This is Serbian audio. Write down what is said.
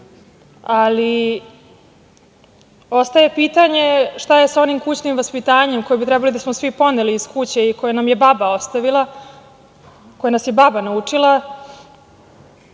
ali ostaje pitanje šta je sa onim kućnim vaspitanjem koje bi trebalo da smo svi poneli iz kuće i koje nam je baba ostavila, kome nas je baba naučila